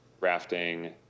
rafting